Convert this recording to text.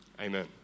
Amen